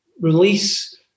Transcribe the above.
release